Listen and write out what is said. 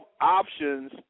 options